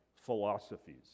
philosophies